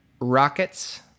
rockets